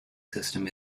system